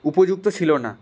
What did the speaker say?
উপযুক্ত ছিল না